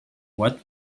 what